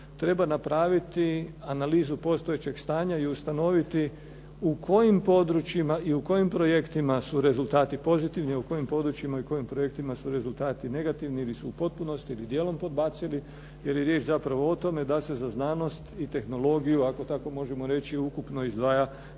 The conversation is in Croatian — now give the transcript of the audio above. Treba napraviti analizu postojećeg stanja i ustanoviti u kojim područjima i u kojim projektima su rezultati pozitivni, a u kojim područjima i kojim projektima su rezultati negativni, ili su u potpunosti ili dijelom podbacili, ili je riječ zapravo o tome da se za znanost i tehnologiju, ako tako možemo reći ukupno izdvaja